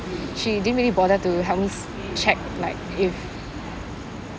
she didn't really bother to help me s~ check like if